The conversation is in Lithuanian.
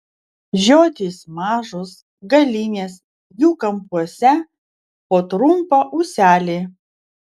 žiotys mažos galinės jų kampuose po trumpą ūselį